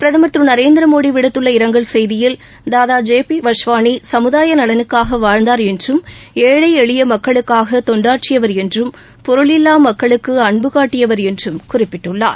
பிரதமர் திரு நரேந்திரமோடி விடுத்துள்ள இரங்கல் செய்தியில் தாதா ஜே பி வஸ்வாளி சமுதாய நலனுக்காக வாழ்ந்தார் என்றும் ஏழை எளிய மக்களுக்காக தொண்டாற்றியவர் என்றும் பொருள் இல்லா மக்களுக்கு அன்பு காட்டியவர் என்றும் குறிப்பிட்டுள்ளார்